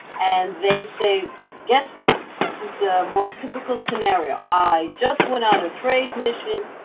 and they say guess what? this is the most typical scenario. i just went on a trade mission.